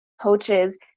coaches